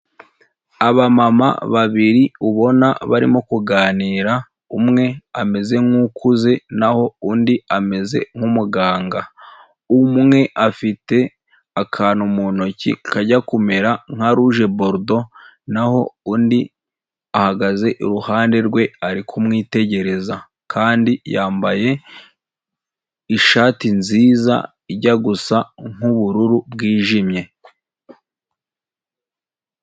Abamama babiri ubona barimo kuganira umwe ameze nk'ukuze naho undi ameze nk'umuganga umwe afite akantu mu ntoki kajya kumera nka ruje borido naho undi ahagaze iruhande rwe ari kumwitegereza kandi yambaye ishati nziza ijya gusa nk'ubururu bwijimye.